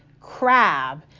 crab